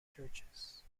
churches